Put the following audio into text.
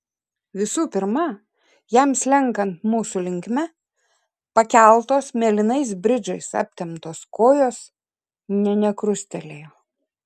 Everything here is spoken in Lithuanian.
visų pirma jam slenkant mūsų linkme pakeltos mėlynais bridžais aptemptos kojos ne nekrustelėjo